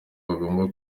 bagomba